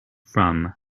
from